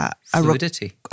fluidity